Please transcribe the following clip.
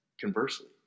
conversely